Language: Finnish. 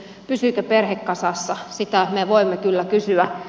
pysyykö perhe kasassa sitä me voimme kyllä kysyä